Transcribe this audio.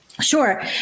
sure